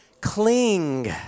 cling